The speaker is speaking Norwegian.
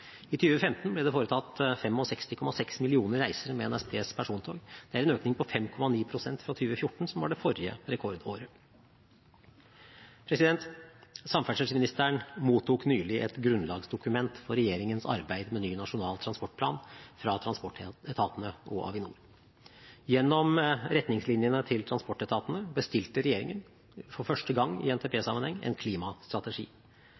I 2015 ble det foretatt 65,6 millioner reiser med NSBs persontog. Det er en økning på 5,9 pst. fra 2014, som var det forrige rekordåret. Samferdselsministeren mottok nylig et grunnlagsdokument for regjeringens arbeid med ny Nasjonal transportplan fra transportetatene og Avinor. Gjennom retningslinjene til transportetatene bestilte regjeringen – for første gang i